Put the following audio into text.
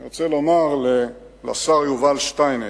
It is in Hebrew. אני רוצה לומר לשר יובל שטייניץ: